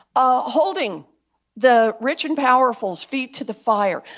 ah holding the rich and powerful's feet to the fire,